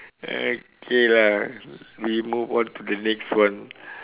okay lah we move on to the next one